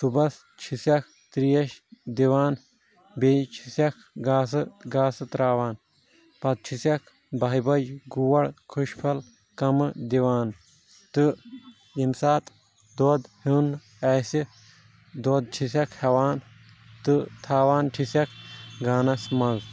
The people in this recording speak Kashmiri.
صبس چھسٮ۪کھ تریش دِوان بیٚیہِ چھسٮ۪کھ گاسہٕ گاسہٕ تراوان پتہ چھسٮ۪کھ بہہِ بجہِ گوڈ کھجۍ فل کمہٕ دِوان تہٕ یم سات دۄد ہیُن آسہِ دۄد چھسٮ۪کھ ہیوان تہ تھاوانچھسٮ۪کھ گانس منز